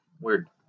Weird